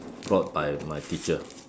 brought by my teacher